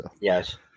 Yes